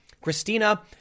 Christina